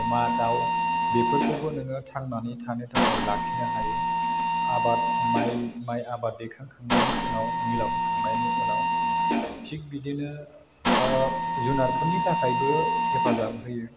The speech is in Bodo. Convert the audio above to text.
अमा दाउ बेफोरखौबो नोङो थांनानै थानो थाखाय लाखिनो हायो आबाद माय माय आबाद दैखांखांनायनि उनाव मिलाव सौनायनि उनाव थिग बिदिनो जुनारफोरनि थाखायबो हेफाजाब होयो